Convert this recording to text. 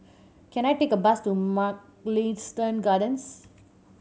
can I take a bus to Mugliston Gardens